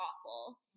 awful